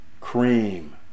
Cream